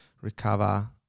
recover